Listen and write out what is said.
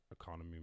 economy